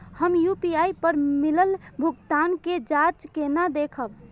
हम यू.पी.आई पर मिलल भुगतान के जाँच केना देखब?